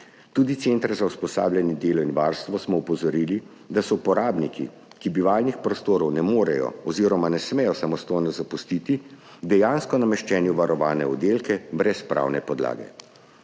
Tudi center za usposabljanje, delo in varstvo smo opozorili, da so uporabniki, ki bivalnih prostorov ne morejo oziroma ne smejo samostojno zapustiti, dejansko nameščeni v varovane oddelke brez pravne podlage.